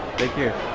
take care